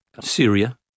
Syria